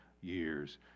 years